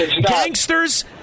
gangsters